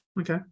Okay